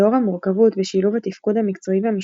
לאור המורכבות בשילוב התפקוד המקצועי והמשפחתי,